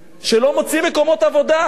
שלא מוצאים מקומות עבודה,